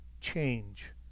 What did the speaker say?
change